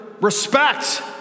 respect